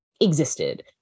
existed